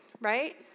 right